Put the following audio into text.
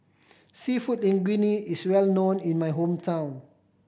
Seafood Linguine is well known in my hometown